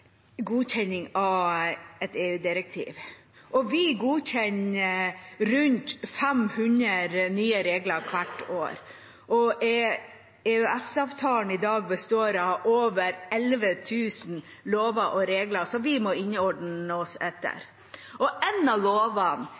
godkjenning av et EU-direktiv. Vi godkjenner rundt 500 nye regler hvert år. EØS-avtalen består i dag av over 11 000 lover og regler som vi må innordne oss etter. En av lovene